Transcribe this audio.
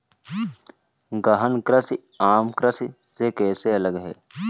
गहन कृषि आम कृषि से कैसे अलग है?